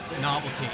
novelty